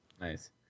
Nice